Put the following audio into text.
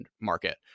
market